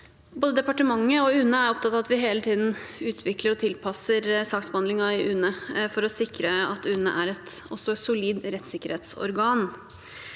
departementet og UNE er opptatt av at vi hele tiden utvikler og tilpasser saksbehandlingen i UNE for å sikre at UNE er et solid rettssikkerhetsorgan.